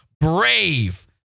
brave